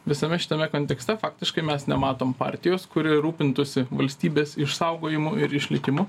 visame šitame kontekste faktiškai mes nematom partijos kuri rūpintųsi valstybės išsaugojimu ir išlikimu